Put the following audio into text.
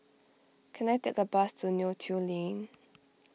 can I take a bus to Neo Tiew Lane